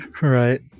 right